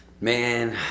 Man